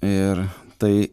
ir tai